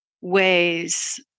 ways